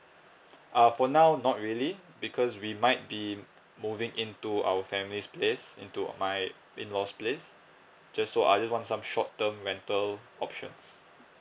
uh for now not really because we might be moving in to our family's place in two of my in laws place just so I just want some short term rental options